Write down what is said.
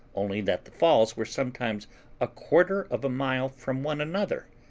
only that the falls were sometimes a quarter of a mile from one another,